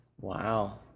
wow